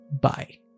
Bye